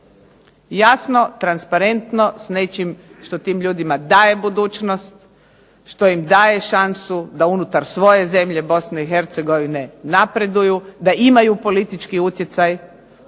Jasno, transparentno s nečim što tim ljudima daje budućnost, što im daje šansu da unutar svoje zemlje Bosni i Hercegovine napreduju da imaju politički utjecaj